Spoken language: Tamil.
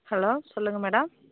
ஹலோ சொல்லுங்கள் மேடம்